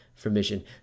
permission